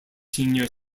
senior